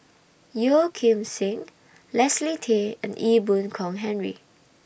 Yeo Kim Seng Leslie Tay and Ee Boon Kong Henry